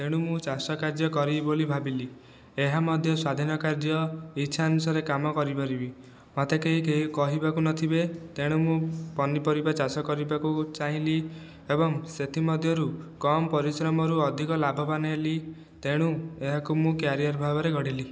ତେଣୁ ମୁଁ ଚାଷକାର୍ଯ୍ୟ କରିବି ବୋଲି ଭାବିଲି ଏହାମଧ୍ୟ ସ୍ଵାଧୀନ କାର୍ଯ୍ୟ ଇଚ୍ଛା ଅନୁସାରେ କାମ କରିପାରିବି ମୋତେ କେହି କେହି କହିବାକୁ ନଥିବେ ତେଣୁ ମୁଁ ପନିପରିବା ଚାଷ କରିବାକୁ ଚାହିଁଲି ଏବଂ ସେଥିମଧ୍ୟରୁ କମ୍ ପରିଶ୍ରମରୁ ଅଧିକ ଲାଭବାନ ହେଲି ତେଣୁ ଏହାକୁ ମୁଁ କ୍ୟାରିୟାର୍ ଭାବରେ ଗଢ଼ିଲି